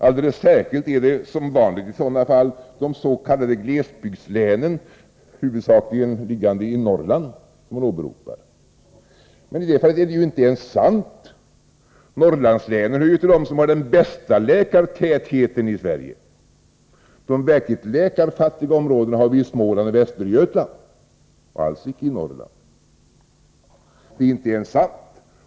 Alldeles särskilt är det — som vanligt i sådana fall — de s.k. glesbygdslänen, huvudsakligen liggande i Norrland, man åberopar. Men i detta fall är det inte ens sant: Norrlandslänen hör till dem som har den bästa läkartätheten i Sverige, och de verkligt läkarfattiga områdena har vi i Småland och Västergötland — alls icke i Norrland. Det är alltså inte ens sant.